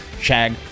Shag